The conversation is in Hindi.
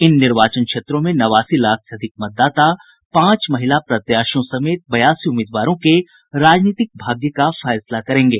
इन निर्वाचन क्षेत्रों में नवासी लाख से अधिक मतदाता पांच महिला प्रत्याशियों समेत बयासी उम्मीदवारों के राजनीतिक भाग्य का फैसला करेंगे